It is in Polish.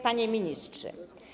Panie Ministrze!